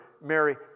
Mary